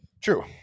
True